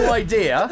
idea